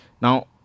now